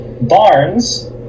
Barnes